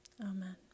Amen